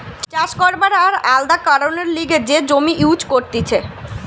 চাষ করবার আর আলাদা কারণের লিগে যে জমি ইউজ করতিছে